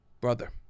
Brother